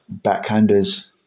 backhanders